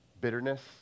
bitterness